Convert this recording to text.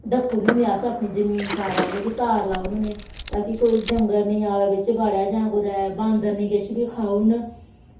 Ducky ओड़ने होन्ने अस अपनी जमीन सारै उ'नें गी तार लाई ओड़ने होन्ने ताकि कोई डंगर निं आवै बिच्च बड़ै जां कुतै बांदर निं किश बी खाई ओड़न